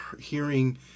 hearing